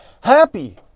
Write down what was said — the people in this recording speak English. happy